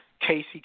Casey